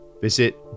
Visit